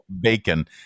bacon